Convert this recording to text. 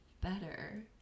better